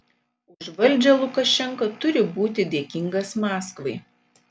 už valdžią lukašenka turi būti dėkingas maskvai